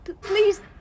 Please